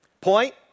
Point